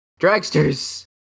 Dragsters